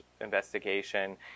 investigation